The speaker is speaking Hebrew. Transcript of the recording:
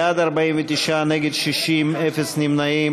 בעד, 49, נגד, 60, אפס נמנעים.